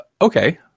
Okay